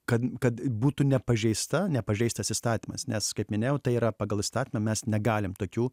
kad kad būtų nepažeista nepažeistas įstatymas nes kaip minėjau tai yra pagal įstatymą mes negalim tokių